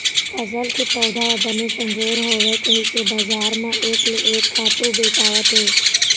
फसल के पउधा ह बने संजोर होवय कहिके बजार म एक ले एक खातू बेचावत हे